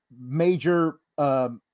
major